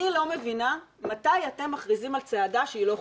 אני לא מבינה מתי אתם מכריזים על צעדה שהיא לא חוקית,